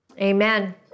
Amen